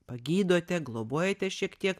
pagydote globojate šiek tiek